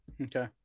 Okay